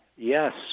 Yes